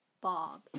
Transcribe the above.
Bob